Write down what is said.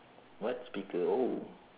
what speaker oh